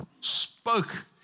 spoke